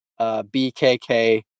BKK